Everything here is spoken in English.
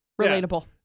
Relatable